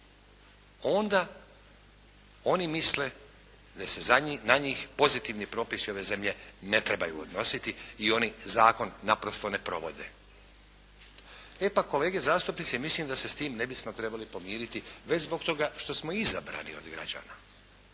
onda oni misle da se na njih pozitivni propisi ove zemlje ne trebaju odnositi i oni zakon naprosto ne provode. E pa kolege zastupnici mislim da se sa tim ne bismo trebali pomiriti već zbog toga što smo izabrani od građana,